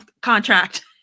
contract